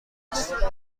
است